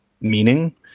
meaning